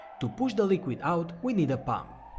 to push the liquid out we need a pump.